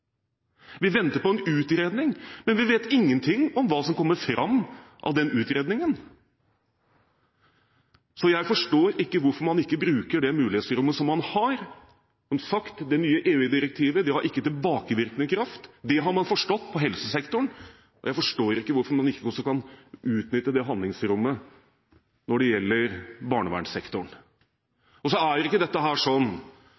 Vi venter på en utredning, men vi vet ingenting om hva som kommer fram av den utredningen. Jeg forstår ikke hvorfor man ikke bruker det handlingsrommet man har. Som sagt: Det nye EU-direktivet har ikke tilbakevirkende kraft. Det har man forstått på helsesektoren. Jeg forstår ikke hvorfor man ikke kan utnytte det handlingsrommet når det gjelder